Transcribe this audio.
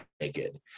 naked